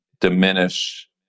diminish